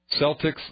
Celtics